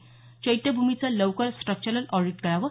चैत्यभूमीचं लवकर structural audit करावं